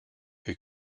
who